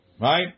Right